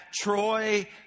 Troy